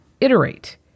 iterate